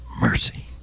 mercy